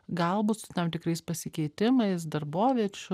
galbūt su tam tikrais pasikeitimais darboviečių